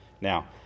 Now